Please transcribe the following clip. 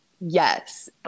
Yes